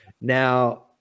Now